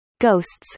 ghosts